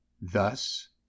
Thus